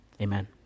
Amen